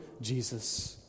Jesus